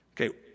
Okay